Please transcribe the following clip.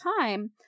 time